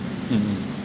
mm